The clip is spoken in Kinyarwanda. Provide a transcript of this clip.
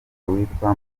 witwa